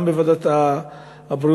גם בוועדת העבודה,